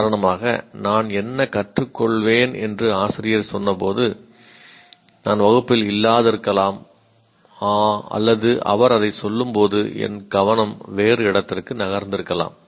உதாரணமாக நான் என்ன கற்றுக் கொள்வேன் என்று ஆசிரியர் சொன்னபோது நான் வகுப்பில் இல்லாதிருக்கலாம் அல்லது அவர் அதை சொல்லும் போது என் கவனம் வேறு இடத்திற்கு நகர்ந்திருக்கலாம்